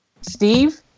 Steve